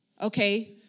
Okay